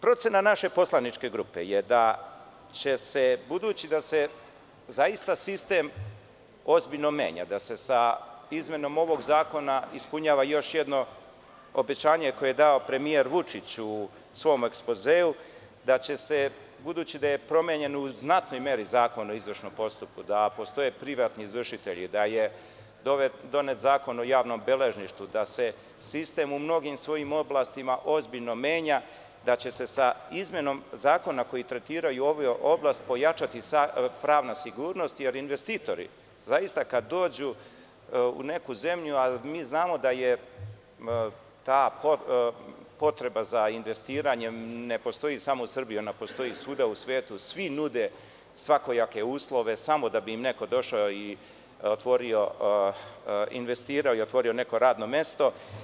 Procena naše poslaničke grupe je da budući da se zaista sistem ozbiljno menja, da se sa izmenom ovog zakona ispunjava još jedno obećanje koje je dao premijer Vučić u svom ekspozeu da će se, budući da je promenjen u znatnoj meri Zakon o izvršnom postupku, da postoje privatni izvršitelji, da je donet Zakon o javnom beležništvu, da se sistem u mnogim svojim oblastima ozbiljno menja, da će se sa izmenom zakona koji tretiraju ovu oblast pojačati pravna sigurnost, jer investitori zaista kada dođu u neku zemlju, a mi znamo da je ta potreba za investiranjem ne postoji samo u Srbiji, ona postoji svuda u svetu, svi nude svakojake uslove samo da bi im neko došao, investirao i otvorio neko radno mesto.